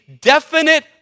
definite